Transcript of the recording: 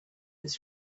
his